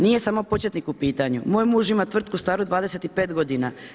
Nije samo početnik u pitanju, moj muž ima tvrtku staru 25 godina.